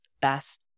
best